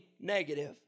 negative